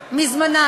זמנה.